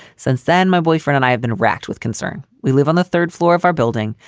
since then, my boyfriend and i have been wracked with concern. we live on the third floor of our building.